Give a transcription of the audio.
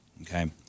okay